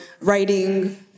writing